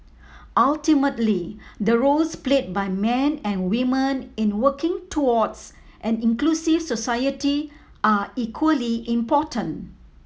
ultimately the roles played by men and women in working towards an inclusive society are equally important